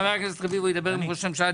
חבר הכנסת רביבו ידבר עם ראש הממשלה,